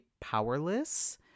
powerless